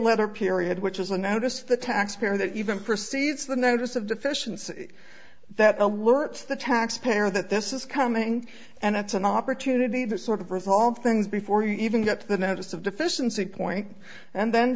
letter period which is a notice the taxpayer that even precedes the notice of deficiency that alerts the taxpayer that this is coming and it's an opportunity that sort of resolve things before you even get the notice of deficiency point and then